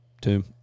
two